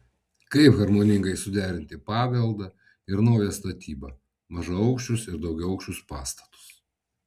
kaip harmoningai suderinti paveldą ir naują statybą mažaaukščius ir daugiaaukščius pastatus